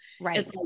right